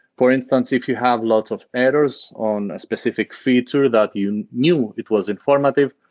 for instance, if you have lots of errors on a specific feature that you knew it was informative.